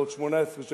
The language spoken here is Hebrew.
בעוד 18 שנים,